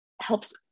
helps